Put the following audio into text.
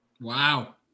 Wow